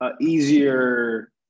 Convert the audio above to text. easier